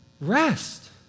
Rest